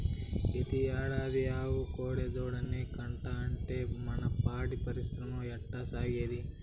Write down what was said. పెతీ ఏడాది ఆవు కోడెదూడనే కంటాంటే మన పాడి పరిశ్రమ ఎట్టాసాగేది